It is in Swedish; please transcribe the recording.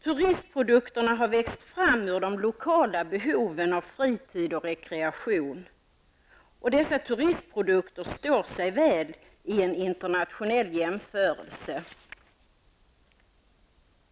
Turistprodukterna har växt fram ur de lokala behoven av fritid och rekreation. Dessa turistprodukter står sig väl i en internationell jämförelse.